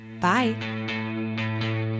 bye